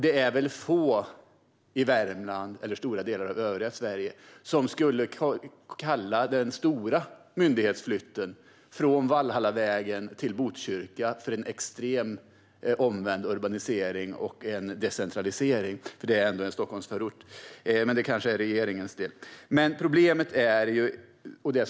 Det är nog få i Värmland eller i stora delar av övriga Sverige som skulle kalla den stora myndighetsflytten från Valhallavägen till Botkyrka för en omvänd urbanisering och en decentralisering - det är ändå en Stockholmsförort. Men det kanske är det för regeringens del.